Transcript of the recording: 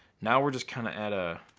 now we're just kinda at a